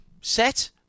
set